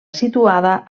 situada